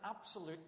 absolute